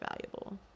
valuable